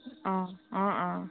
অঁ অঁ অঁ